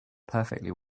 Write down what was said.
perfectly